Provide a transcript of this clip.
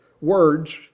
words